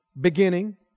Beginning